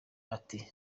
ati